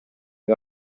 del